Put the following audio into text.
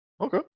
Okay